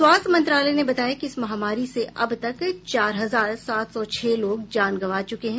स्वास्थ्य मंत्रालय ने बताया कि इस महामारी से अब तक चार हजार सात सौ छह लोग जान गंवा चुके हैं